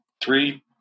Three